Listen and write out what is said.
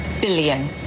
billion